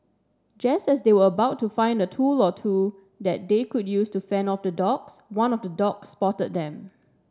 just as they were about to find a tool or two that they could use to fend off the dogs one of the dogs spotted them